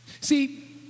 See